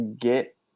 get